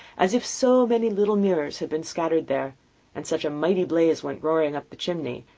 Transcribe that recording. as if so many little mirrors had been scattered there and such a mighty blaze went roaring up the chimney,